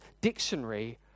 Dictionary